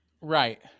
Right